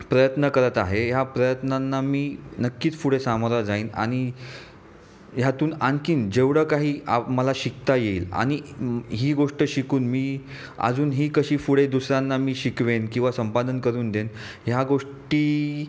प्रयत्न करत आहे ह्या प्रयत्नांना मी नक्कीच पुढे सामोरा जाईन आणि ह्यातून आणखीन जेवढं काही आ मला शिकता येईल आणि ही गोष्ट शिकून मी अजून ही कशी पुढे दुसऱ्यांना मी शिकवेन किंवा संपादन करून देईन ह्या गोष्टी